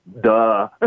duh